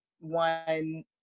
one